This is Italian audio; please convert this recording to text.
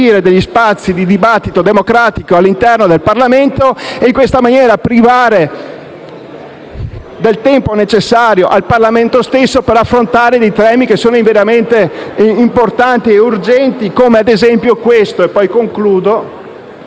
degli spazi di dibattito democratico all'interno del Parlamento e in questa maniera privarlo del tempo necessario per affrontare temi che sono veramente importanti e urgenti, come ad esempio la discussione